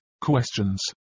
questions